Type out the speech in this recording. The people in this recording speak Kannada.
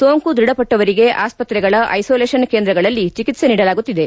ಸೋಂಕು ದ್ವಢಪಟ್ಟವರಿಗೆ ಆಸ್ತ್ರೆಗಳ ಐಸೋಲೇಷನ್ ಕೇಂದ್ರಗಳಲ್ಲಿ ಚಿಕಿತ್ಸ ನೀಡಲಾಗುತ್ತದೆ